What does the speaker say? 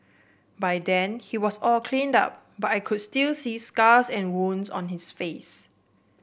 by then he was all cleaned up but I could still see scars and wounds on his face